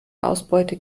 ausbeute